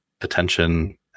attention